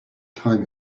time